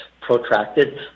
protracted